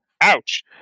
Ouch